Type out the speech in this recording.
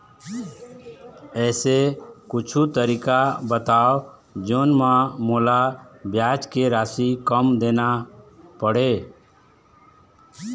ऐसे कुछू तरीका बताव जोन म मोला ब्याज के राशि कम देना पड़े?